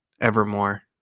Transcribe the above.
Evermore